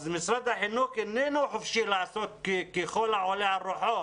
לכן משרד החינוך איננו חופשי לעשות ככל העולה על רוחו